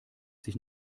sich